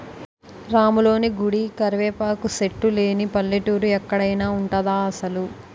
రాములోని గుడి, కరివేపాకు సెట్టు లేని పల్లెటూరు ఎక్కడైన ఉంటదా అసలు?